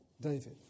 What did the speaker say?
David